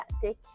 thick